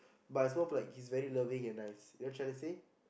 but it's more like he's very loving and nice you know what I'm trying to say